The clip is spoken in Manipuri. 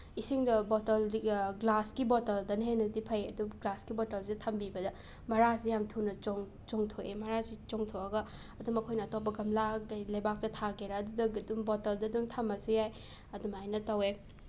ꯏꯁꯤꯡꯗ ꯕꯣꯇꯜ ꯒ꯭ꯂꯥꯁꯀꯤ ꯕꯣꯇꯜꯗꯅ ꯍꯦꯟꯅꯗꯤ ꯐꯩ ꯑꯗꯨꯕꯨ ꯒ꯭ꯂꯥꯁꯀꯤ ꯕꯣꯇꯜꯁꯦ ꯊꯝꯕꯤꯕꯗ ꯃꯔꯥꯁꯦ ꯌꯥꯝ ꯊꯨꯅ ꯆꯣꯡꯊꯣꯛꯑꯦ ꯃꯔꯥꯁꯤ ꯆꯣꯡꯊꯣꯛꯑꯒ ꯑꯗꯨꯝ ꯑꯩꯈꯣꯏꯅ ꯑꯇꯣꯞꯄ ꯒꯝꯂꯥ ꯀꯔꯤ ꯂꯩꯕꯥꯛꯇ ꯊꯥꯒꯦꯔꯥ ꯑꯗꯨꯗꯒ ꯑꯗꯨꯝ ꯕꯣꯇꯜꯗ ꯑꯗꯨꯝ ꯊꯝꯃꯁꯨ ꯌꯥꯏ ꯑꯗꯨꯃꯥꯏꯅ ꯇꯧꯋꯦ